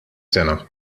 sena